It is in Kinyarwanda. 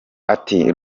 ati